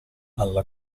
alla